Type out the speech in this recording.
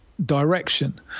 direction